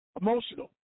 emotional